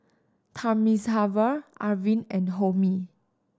Thamizhavel Arvind and Homi